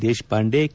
Deshpande K